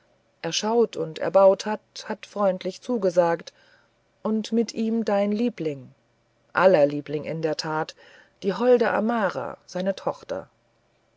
erschaut und erbaut hat hat freundlich zugesagt und mit ihm dein liebling aller liebling in der tat die holde amara seine tochter